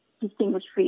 Distinguished